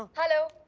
hello.